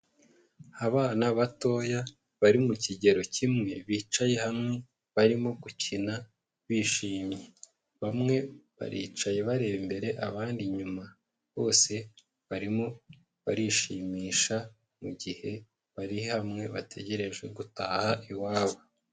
Abana batoya bari mu kigero kimwe bicaye hamwe barimo gukina bishimye, bamwe baricaye bareba imbere abandi inyuma, bose barimo barishimisha mu gihe bari hamwe bategereje gutaha iwabo.